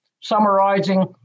summarizing